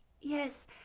yes